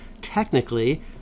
technically